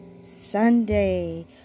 Sunday